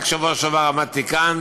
רק בשבוע שעבר עמדתי כאן